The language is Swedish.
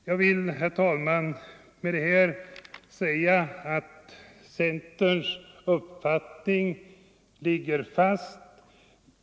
Jag vill alltså ha sagt att centerns uppfattning står fast.